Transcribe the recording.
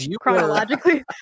chronologically